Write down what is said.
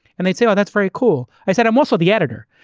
and they'd say, oh, that's very cool. i said, i'm also the editor,